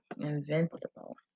Invincible